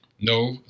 No